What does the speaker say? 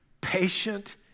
patient